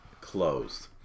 closed